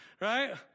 right